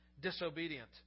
disobedient